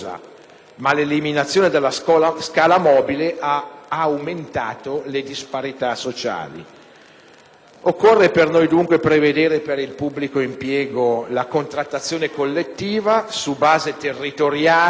ma l'eliminazione della scala mobile ha aumentato le disparità sociali. Per noi occorre dunque prevedere per il pubblico impiego la contrattazione collettiva su base territoriale